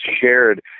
shared